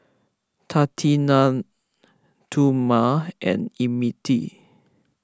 Tatianna Thurman and Emmitt